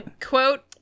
Quote